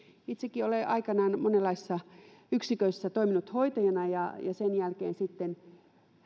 itsekin olen aikanaan monenlaisissa yksiköissä toiminut hoitajana ja sen jälkeen sitten